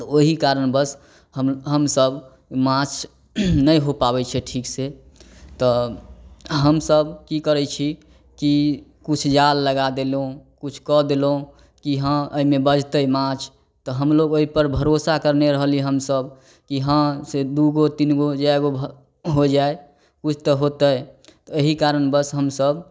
ओहि कारणवश हम हमसभ माछ नहि हो पाबै छै ठीक से तऽ हमसभ कि करै छी कि किछु जाल लगा देलहुँ किछु कऽ देलहुँ कि हँ एहिमे बझतै माछ तऽ हमलोक ओहिपर भरोसा करने रहलिए हमसभ कि हँ से दुइगो तीनगो जाहिगो भग हो जाइ किछु तऽ होतै तऽ एहि कारणवश हमसभ